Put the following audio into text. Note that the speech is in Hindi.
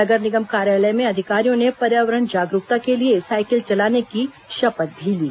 नगर निगम कार्यालय में अधिकारियों ने पर्यावरण जागरूकता के लिए साइकिल चलाने की शपथ भी ली